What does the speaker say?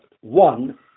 One